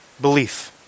belief